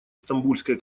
стамбульской